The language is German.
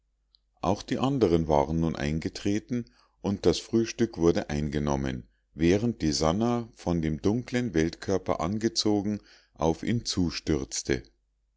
auch die anderen waren nun eingetreten und das frühstück wurde eingenommen während die sannah von dem dunkeln weltkörper angezogen auf ihn zustürzte